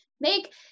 make